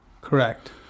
Correct